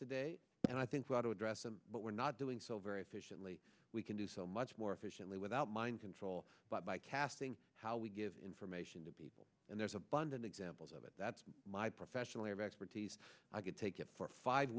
today and i think we ought to address them but we're not doing so very efficiently we can do so much more efficiently without mind control but by casting how we give information to people and there's abundant examples of it that's my professional way of expertise i could take it for five